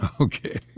Okay